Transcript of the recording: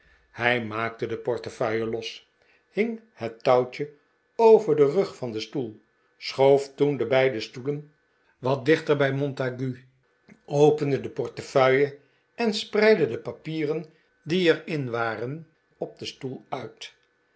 hij maakte de portefeuille los hing het touwtje over den rug van den stoel schoof toen de beide stoelen wat dichter bij montague opende de portefeuille en spreidde de papieren die er in waren op den stoel uit